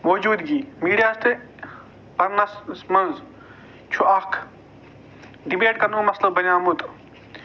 ؤجوٗدگی میٖڈیاہَس تہٕ پَرنَس منٛز چھُ اَکھ ڈِبیٹ کَرنُک مَسلہٕ بَنٮ۪ومُت